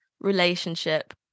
relationship